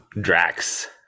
Drax